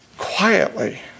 Quietly